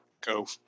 go